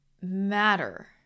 matter